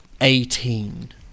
eighteen